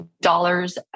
dollars